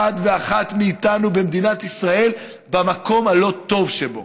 ואחת מאיתנו במדינת ישראל במקום הלא-טוב שבו.